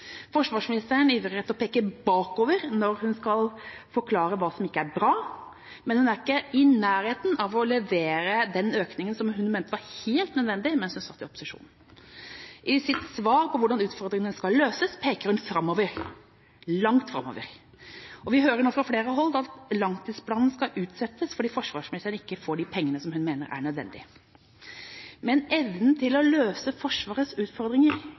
Forsvarsministeren ivrer etter å peke bakover når hun skal forklare hva som ikke er bra, men hun er ikke i nærheten av å levere den økninga som hun mente var helt nødvendig mens hun satt i opposisjon. I sitt svar på hvordan utfordringene skal løses, peker hun framover – langt framover. Vi hører nå fra flere hold at langtidsplanen skal utsettes, fordi forsvarsministeren ikke får de pengene hun mener er nødvendig. Men evnen til å løse Forsvarets utfordringer